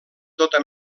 tota